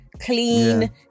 Clean